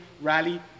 rally